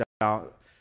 out